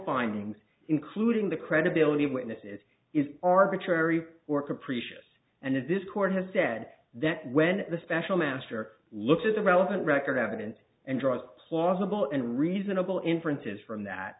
findings including the credibility of witnesses is arbitrary work appreciates and that this court has said that when the special master looked at the relevant record evidence and draws plausible and reasonable inferences from that